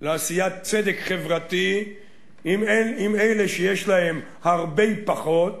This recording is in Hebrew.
לעשיית צדק חברתי עם אלה שיש להם הרבה פחות